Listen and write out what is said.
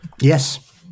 Yes